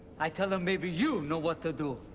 i tell them maybe you know what to do.